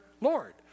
Lord